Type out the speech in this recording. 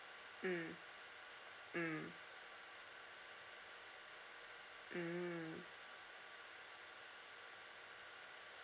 mm mm mm